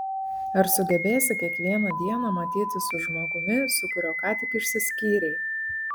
ar sugebėsi kiekvieną dieną matytis su žmogumi su kuriuo ką tik išsiskyrei